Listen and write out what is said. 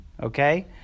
Okay